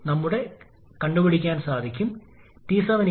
നമ്മൾ കണക്കാക്കാൻ ആഗ്രഹിക്കുന്നത് അവിടെ പരിശോധിക്കുക